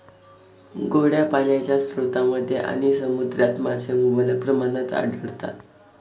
गोड्या पाण्याच्या स्रोतांमध्ये आणि समुद्रात मासे मुबलक प्रमाणात आढळतात